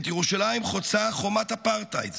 את ירושלים חוצה חומת אפרטהייד.